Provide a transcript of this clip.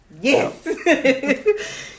Yes